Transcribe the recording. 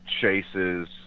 chases